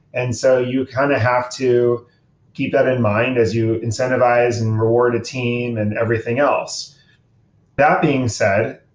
and so you kind of have to keep that in mind as you incentivize and reward a team and everything else that being said,